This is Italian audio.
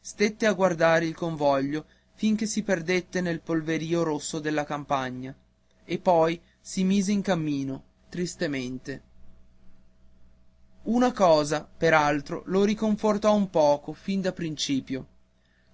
stette a guardar il convoglio fin che si perdette nel polverìo rosso della campagna e poi si mise in cammino tristamente una cosa per altro lo riconfortò un poco fin da principio